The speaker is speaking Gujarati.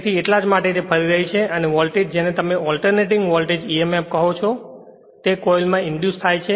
તેથી આ તેટલા માટે જ ફરી રહી છે અને વોલ્ટેજ જેને તમે ઓલ્ટર્નેટિંગ વોલ્ટેજ emf કહો છો તે કોઇલ માં ઇંડ્યુસ થાય છે